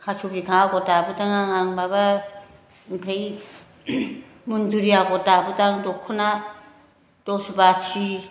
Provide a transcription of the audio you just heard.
खास' बिखा आगर दाबोदों आं आं माबा ओमफ्राय मन्जुरि आगर दाबोदों आं दखना दस बाथि